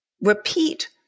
repeat